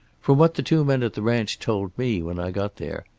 from what the two men at the ranch told me when i got there,